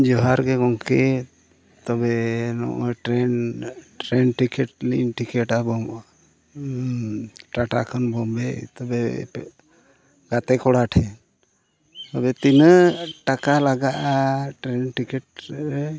ᱡᱚᱸᱦᱟᱨ ᱜᱮ ᱜᱚᱢᱠᱮ ᱛᱚᱵᱮ ᱱᱚᱣᱟ ᱴᱨᱮᱹᱱ ᱴᱨᱮᱹᱱ ᱴᱤᱠᱤᱴ ᱞᱤᱧ ᱴᱤᱠᱤᱴᱟ ᱵᱟᱹᱱᱩᱜᱼᱟ ᱴᱟᱴᱟ ᱠᱷᱚᱱ ᱵᱳᱢᱵᱮᱹ ᱛᱚᱵᱮ ᱜᱟᱛᱮ ᱠᱚᱲᱟ ᱴᱷᱮᱱ ᱛᱚᱵᱮ ᱛᱤᱱᱟᱹᱜ ᱴᱟᱠᱟ ᱞᱟᱜᱟᱜᱼᱟ ᱴᱨᱮᱹᱱ ᱴᱤᱠᱤᱴ ᱨᱮ